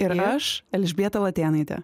ir aš elžbieta latėnaitė